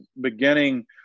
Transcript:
beginning